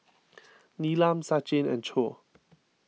Neelam Sachin and Choor